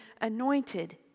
anointed